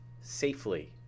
safely